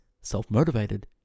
self-motivated